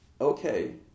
Okay